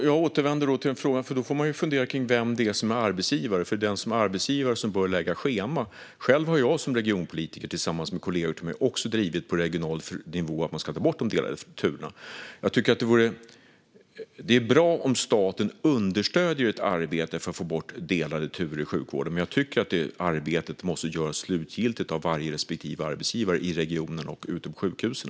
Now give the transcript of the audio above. Fru talman! Först får man fundera på vem som är arbetsgivare, för det är arbetsgivaren som bör lägga schema. Själv har jag på regional nivå som regionpolitiker tillsammans med kollegor drivit på för att man ska ta bort de delade turerna. Det är bra om staten understöder ett arbete för att få bort delade turer i sjukvården, men jag tycker att arbetet slutgiltigt måste göras av varje respektive arbetsgivare i regionen och ute på sjukhusen.